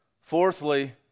Fourthly